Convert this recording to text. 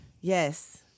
yes